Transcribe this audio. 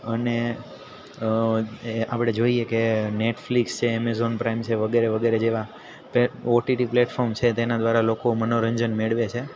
અને એ આપણે જોઈએ કે નેટફલિક્સ છે એમઝોન પ્રાઇમ છે વગેરે વગેરે જેવા પ્લેટ ઓટીટી પ્લેટફોર્મ છે તેના દ્વારા લોકો મનોરંજન મેળવે છે